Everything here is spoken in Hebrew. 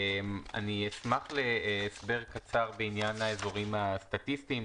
אני אשמח להסבר קצר בעניין האזורים הסטטיסטיים.